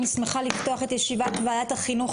אני שמחה לפתוח את ישיבת וועדת החינוך,